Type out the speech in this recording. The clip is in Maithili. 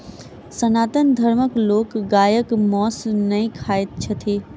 सनातन धर्मक लोक गायक मौस नै खाइत छथि